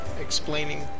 explaining